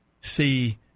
see